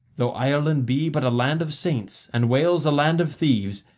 though ireland be but a land of saints, and wales a land of thieves,